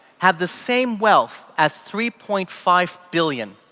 have the same wealth as three point five billion.